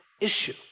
issue